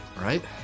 Right